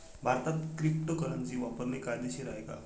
भारतात क्रिप्टोकरन्सी वापरणे कायदेशीर आहे का?